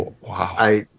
Wow